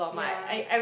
ya